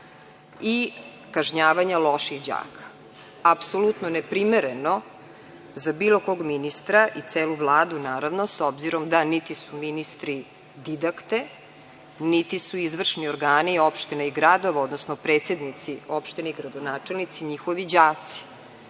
i kažnjavanja loših đaka. Apsolutno neprimereno za bilo kog ministra i celu Vladu, s obzirom da niti su ministri didakte, niti su izvršni organi opštine i gradova, odnosno predsednici opština i gradonačelnici njihovi đaci